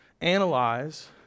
analyze